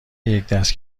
یکدست